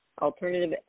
alternative